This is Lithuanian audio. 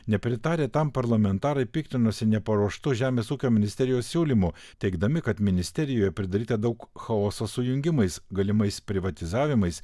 nepritarę tam parlamentarai piktinosi neparuoštu žemės ūkio ministerijos siūlymu teigdami kad ministerijoje pridaryta daug chaoso sujungimais galimais privatizavimais